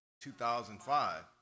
2005